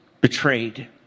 betrayed